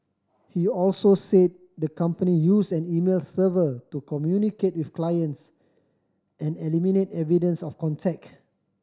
he also said the company used an email server to communicate with clients and eliminate evidence of contact